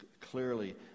clearly